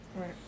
Right